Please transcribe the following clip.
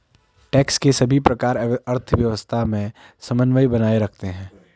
tax के सभी प्रकार अर्थव्यवस्था में समन्वय बनाए रखते हैं